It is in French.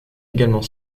également